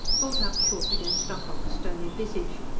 brought up short against ocock's stony visage,